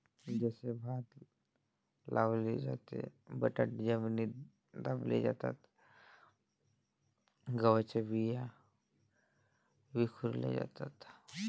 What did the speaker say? जसे भात लावले जाते, बटाटे जमिनीत दाबले जातात, गव्हाच्या बिया विखुरल्या जातात